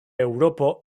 eŭropo